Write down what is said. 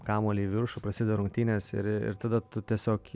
kamuolį į viršų prasideda rungtynės ir ir tada tu tiesiog